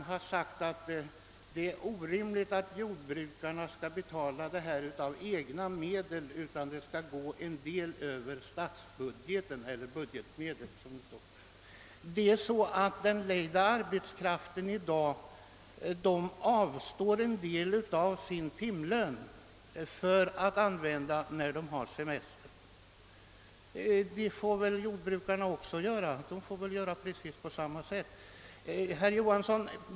Han sade att det är orimligt att jordbrukarna själva skall betala semestern av egna medel och menade att en del av kostnaden borde gå över statsbudgeten. Det är nu ordnat så, att den lejda arbetskraften avstår en del av sin timlön för att få ut pengarna vid semestern. Jordbrukarna får väl göra på samma sätt.